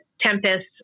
Tempest